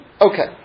Okay